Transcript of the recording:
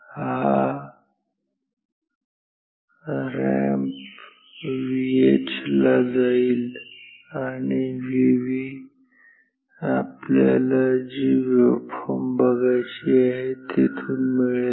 हा ramp VH ला जाईल आणि VV आपल्याला जी वेव्हफॉर्म बघायची आहे तिथून मिळेल